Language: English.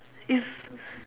it's